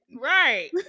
Right